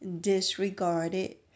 disregarded